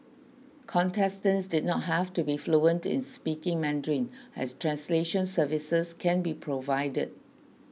contestants did not have to be fluent in speaking Mandarin as translation services can be provided